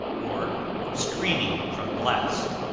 or screening from blast